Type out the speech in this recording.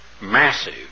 massive